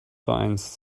vereins